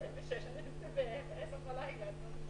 (הוראת שעה) (הגבלת השהייה במרחב הציבורי והגבלת פעילות)(תיקון